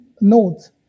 nodes